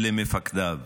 אלה מפקדיו,